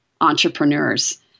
entrepreneurs